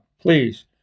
Please